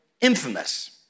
infamous